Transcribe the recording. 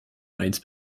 eins